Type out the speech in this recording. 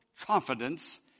confidence